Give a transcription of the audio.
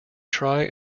try